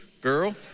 girl